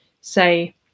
say